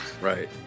Right